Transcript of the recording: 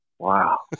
Wow